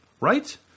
Right